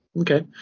Okay